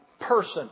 person